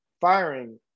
firing